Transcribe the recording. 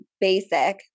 basic